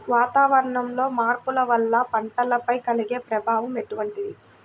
వాతావరణంలో మార్పుల వల్ల పంటలపై కలిగే ప్రభావం ఎటువంటిది?